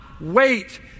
Wait